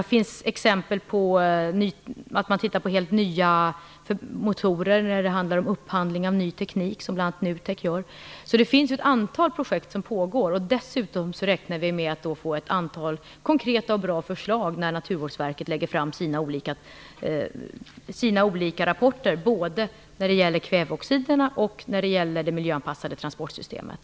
Det finns exempel där man tittar på helt nya motorer när det handlar om upphandling av ny teknik, som bl.a. NUTEK gör. Det pågår alltså ett antal projekt. Dessutom räknar vi med att få ett antal konkreta och bra förslag när Naturvårdsverket lägger fram sina olika rapporter, när det gäller både kväveoxiderna och det miljöanpassade transportsystemet.